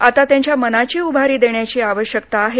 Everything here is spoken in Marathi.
आता त्यांच्या मनाची उभारी देण्याची आवश्यकता आहे